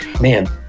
man